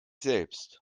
selbst